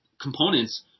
components